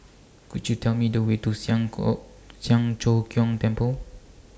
Could YOU Tell Me The Way to Siang Siang Cho Keong Temple